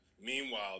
Meanwhile